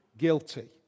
guilty